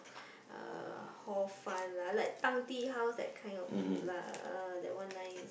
uh Hor-Fun lah like Tang-Tea-House that kind of food lah ah that one nice